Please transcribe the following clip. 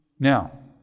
Now